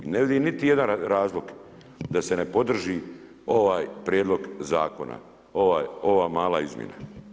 I ne vidim niti jedan razlog da se ne podrži ovaj prijedlog zakona, ova mala izmjena.